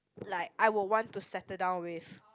like I would want to settle down with